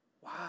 wow